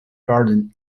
garden